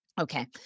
Okay